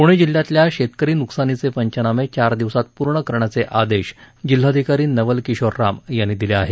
पुणे जिल्ह्यातल्या शेतकरी नुकसानीचे पंचनामे चार दिवसात पूर्ण करण्याचे आदेश जिल्हाधिकारी नवल किशोर राम यांनी दिले आहेत